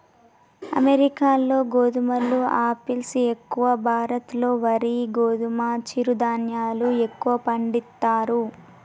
అమెరికాలో గోధుమలు ఆపిల్స్ ఎక్కువ, భారత్ లో వరి గోధుమ చిరు ధాన్యాలు ఎక్కువ పండిస్తారు